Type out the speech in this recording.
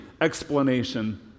explanation